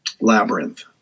labyrinth